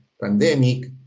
pandemic